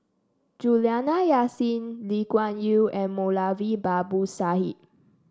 Juliana Yasin Lee Kuan Yew and Moulavi Babu Sahib